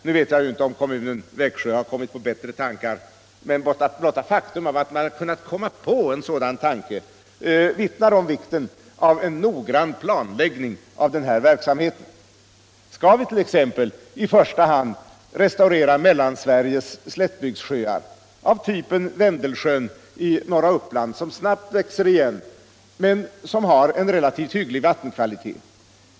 Nu vet jag inte om Växjö kommun har kommit på bättre tankar sedan, men blotta faktum att en sådan idé dykt upp vittnar om vikten av en noggrann planläggning av den här verksamheten. Skall vi t.ex. i första hand reservera Mellansveriges slättbygdssjöar av typen Vendelsjön i norra Uppland, som snabbt växer igen men som har en relativt hygglig vattenkvalitet?